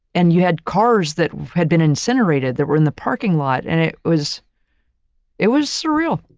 and you had cars that had been incinerated that were in the parking lot and it was it was surreal.